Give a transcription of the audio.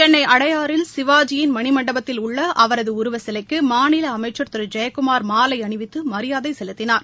சென்னை அடையாறில் சிவாஜியின் மணிமண்படத்தில் உள்ள அவரது உருவச்சிலைக்கு மாநில அமைச்சர் திரு ஜெயக்குமார் மாலை அணிவித்து மரியாதை செலுத்தினார்